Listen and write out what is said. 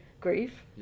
grief